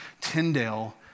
Tyndale